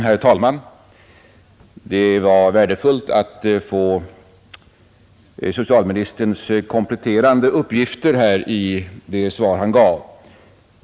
Herr talman! Det var värdefullt att få socialministerns kompletterande uppgifter i det svar han senast gav.